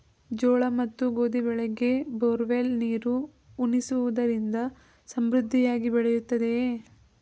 ಜೋಳ ಮತ್ತು ಗೋಧಿ ಬೆಳೆಗೆ ಬೋರ್ವೆಲ್ ನೀರು ಉಣಿಸುವುದರಿಂದ ಸಮೃದ್ಧಿಯಾಗಿ ಬೆಳೆಯುತ್ತದೆಯೇ?